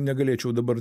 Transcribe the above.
negalėčiau dabar